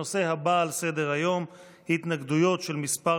הנושא הבא על סדר-היום התנגדויות של כמה